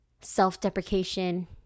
self-deprecation